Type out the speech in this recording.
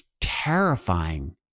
terrifying